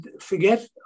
forget